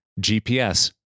GPS